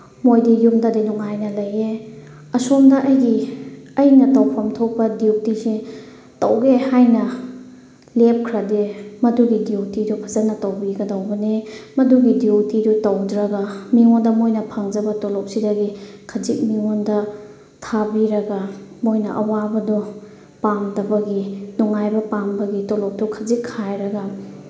ꯃꯣꯏꯗꯤ ꯌꯨꯝꯗꯗꯤ ꯅꯨꯡꯉꯥꯏꯅ ꯂꯩꯌꯦ ꯑꯁꯣꯝꯗ ꯑꯩꯒꯤ ꯑꯩꯅ ꯇꯧꯐꯝ ꯊꯣꯛꯄ ꯗ꯭ꯌꯨꯇꯤꯁꯦ ꯇꯧꯒꯦ ꯍꯥꯏꯅ ꯂꯦꯞꯈ꯭ꯔꯗꯤ ꯃꯗꯨꯒꯤ ꯗ꯭ꯌꯨꯇꯤꯗꯨ ꯐꯖꯅ ꯇꯧꯕꯤꯒꯗꯧꯕꯅꯦ ꯃꯗꯨꯒꯤ ꯗ꯭ꯌꯨꯇꯤꯗꯨ ꯇꯧꯗ꯭ꯔꯒ ꯃꯤꯉꯣꯟꯗ ꯃꯣꯏꯅ ꯐꯪꯖꯕ ꯇꯣꯂꯣꯞꯁꯤꯗꯒꯤ ꯈꯖꯤꯛ ꯃꯤꯉꯣꯟꯗ ꯊꯥꯕꯤꯔꯒ ꯃꯣꯏꯅ ꯑꯋꯥꯕꯗꯣ ꯄꯥꯝꯗꯕꯒꯤ ꯅꯨꯡꯉꯥꯏꯕ ꯄꯥꯝꯕꯒꯤ ꯇꯣꯂꯣꯞꯇꯨ ꯈꯖꯤꯛ ꯈꯥꯏꯔꯒ